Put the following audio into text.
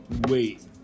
Wait